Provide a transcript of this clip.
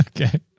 Okay